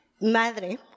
madre